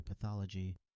pathology